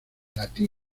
latino